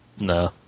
No